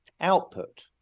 output